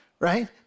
Right